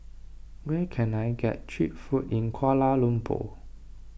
where can I get Cheap Food in Kuala Lumpur